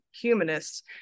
humanists